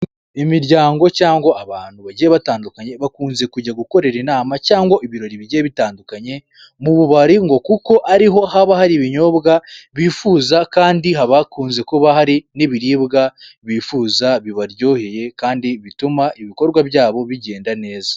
Imiryango cyangwa abantu bagiye batandukanye bakunze kujya gukorera inama cyangwa ibirori bigiye bitandukanye, mu bubari ngo kuko ariho haba hari ibinyobwa bifuza kandi habakunze kuba hari n'ibiribwa bifuza bibaryoheye kandi bituma ibikorwa byabo bigenda neza.